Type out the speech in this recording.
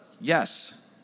Yes